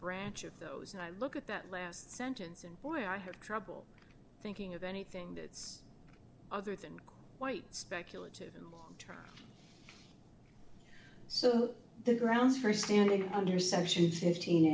branch of those and i look at that last sentence and boy i have trouble thinking of anything that's other than white speculative and so the grounds for standing under section